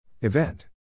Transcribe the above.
Event